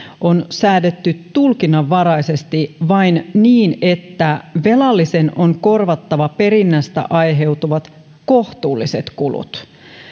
on säädetty tulkinnanvaraisesti vain niin että velallisen on korvattava perinnästä aiheutuvat kohtuulliset kulut